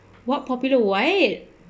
what popular why